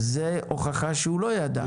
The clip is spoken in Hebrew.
זאת הוכחה שהוא לא ידע.